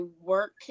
work